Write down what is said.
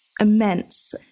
immense